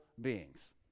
beings